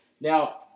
Now